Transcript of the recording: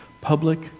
public